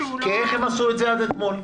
איך הם עשו את זה עד אתמול?